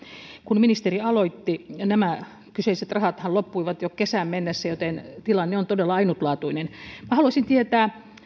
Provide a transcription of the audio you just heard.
kun ministeri aloitti nämä kyseiset rahathan loppuivat jo kesään mennessä joten tilanne on todella ainutlaatuinen minä haluaisin tietää